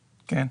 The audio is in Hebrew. כן.